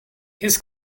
his